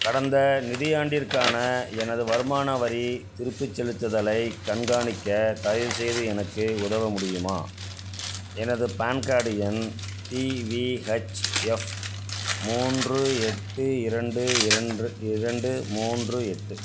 கடந்த நிதியாண்டிற்கான எனது வருமான வரி திருப்பிச் செலுத்துதலைக் கண்காணிக்க தயவுசெய்து எனக்கு உதவ முடியுமா எனது பான் கார்டு எண் டி வி ஹெச் எஃப் மூன்று எட்டு இரண்டு இரண்டு இரண்டு மூன்று எட்டு